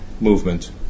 movement